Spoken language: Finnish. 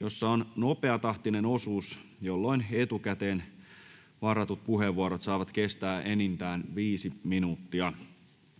jossa on nopeatahtinen osuus, jolloin etukäteen varatut puheenvuorot saavat kestää enintään 5 minuuttia.